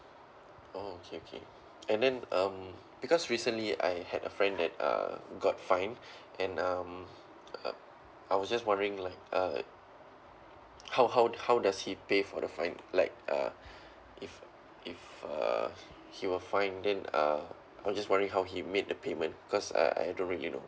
oh okay okay and then um because recently I had a friend that uh got fined and um I was just wondering lah uh how how how does he pay for the fine like uh if if uh he were fined then uh I was just wondering how he made the payment cause uh I don't really know